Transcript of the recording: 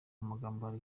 amagambo